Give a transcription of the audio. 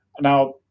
Now